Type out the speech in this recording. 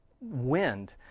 wind